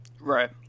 Right